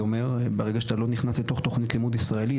ברגע שאתה לא נכנס לתוך תכנית לימוד ישראלית,